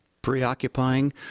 preoccupying